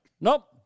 Nope